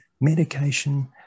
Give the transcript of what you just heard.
medication